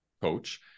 coach